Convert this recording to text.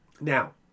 Now